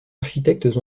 architectes